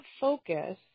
focus